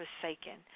forsaken